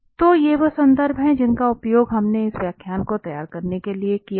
तो ये वे संदर्भ हैं जिनका उपयोग हमने इस व्याख्यान को तैयार करने के लिए किया है